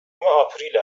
آپریل